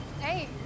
Hey